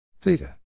Theta